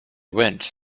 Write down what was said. went